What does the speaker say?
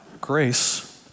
grace